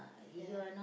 ya